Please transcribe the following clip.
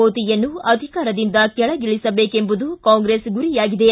ಮೋದಿಯನ್ನು ಅಧಿಕಾರದಿಂದ ಕೆಳಗಿಳಿಸಬೇಕೆಂಬುದು ಕಾಂಗ್ರೆಸ್ ಗುರಿಯಾಗಿದೆ